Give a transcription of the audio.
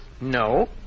No